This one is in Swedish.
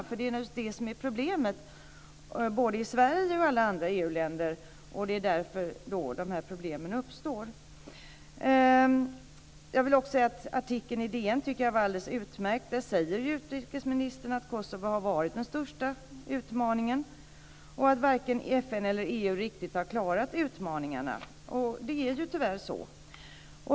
Det är naturligtvis det som är problemet både i Sverige och i alla andra EU-länder, och det är därför som dessa problem uppstår. Jag vill också säga att jag tycker att artikeln i DN var alldeles utmärkt. Där säger ju utrikesministern att Kosovo har varit den största utmaningen och att varken FN eller EU riktigt har klarat utmaningarna. Och det är ju tyvärr så.